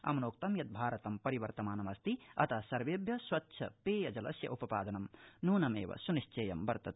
अमुनोक्तं यत् भारतं परिवर्तमानमस्ति अत सर्वेभ्य स्वच्छ पेय जलस्य उपपादनं नुनमेन सुनिश्चेयम वर्तते